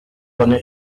one